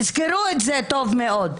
תזכרו את זה טוב מאוד.